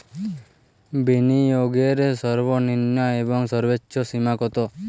বিনিয়োগের সর্বনিম্ন এবং সর্বোচ্চ সীমা কত?